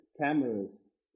cameras